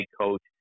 coach